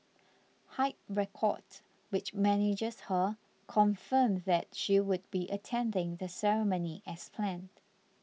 Hype Records which manages her confirmed that she would be attending the ceremony as planned